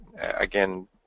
again